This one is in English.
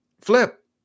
Flip